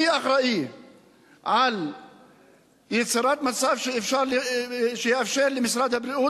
מי אחראי על יצירת מצב שיאפשר למשרד הבריאות